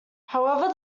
however